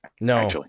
No